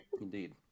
Indeed